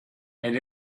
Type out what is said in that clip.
and